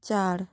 চার